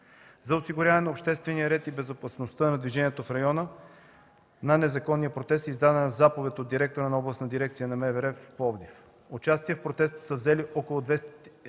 За осигуряване на обществения ред и безопасността на движението в района на незаконния протест е издадена заповед от директора на Областна дирекция на МВР в Пловдив.